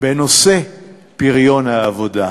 בנושא פריון העבודה,